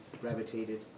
gravitated